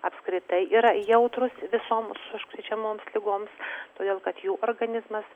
apskritai yra jautrūs visoms užkrečiamoms ligoms todėl kad jų organizmas